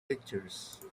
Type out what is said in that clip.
pictures